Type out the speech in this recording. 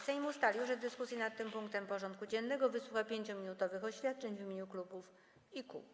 Sejm ustalił, że w dyskusji nad tym punktem porządku dziennego wysłucha 5-minutowych oświadczeń w imieniu klubów i kół.